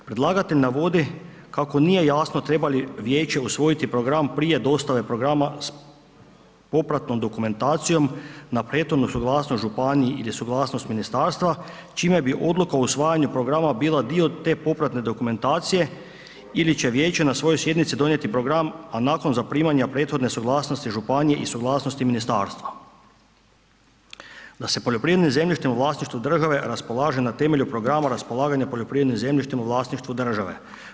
Predlagatelj na vodi kako nije jasno treba li vijeće usvojiti program prije dostave programa s popratnom dokumentacijom na prethodnu suglasnost županiji ili suglasnost ministarstva čime bi odluka o usvajanju programa bila dio te popratne dokumentacije ili će vijeće na svojoj sjednici donijeti program a nakon zaprimanja prethodne suglasnosti županiji i suglasnosti ministarstva da se poljoprivredno zemljište u vlasništvu države raspolaže na temelju programa raspolaganja poljoprivrednim zemljištem u vlasništvu države.